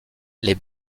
les